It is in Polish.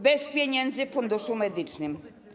Brak pieniędzy w Funduszu Medycznym.